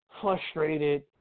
Frustrated